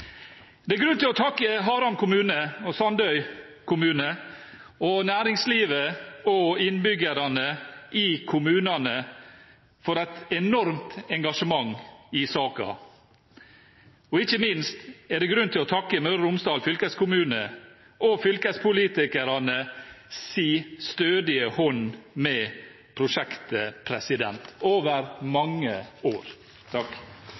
Det er grunn til å takke Haram kommune og Sandøy kommune og næringslivet og innbyggerne i kommunene for et enormt engasjement i saken, og ikke minst er det grunn til å takke Møre og Romsdal fylkeskommune og for fylkespolitikernes stødige hånd om prosjektet over mange år.